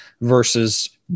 versus